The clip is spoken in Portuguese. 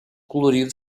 colorido